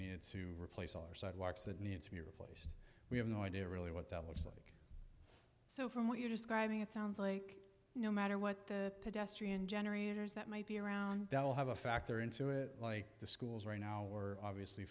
need to replace our sidewalks that need to be replaced we have no idea really what that looks like so from what you're describing it sounds like no matter what the pedestrian generators that might be around that will have a factor into it like the schools right now we're obviously